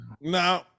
No